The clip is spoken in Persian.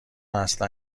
اصلا